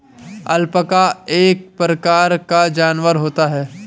alpaca एक प्रकार का जानवर होता है